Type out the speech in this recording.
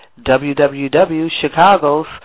www.chicagos